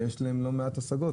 ויש להם לא מעט השגות.